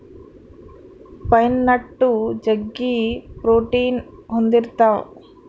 pine nut ಜಗ್ಗಿ protein ಹೊಂದಿರ್ತವ